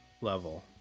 level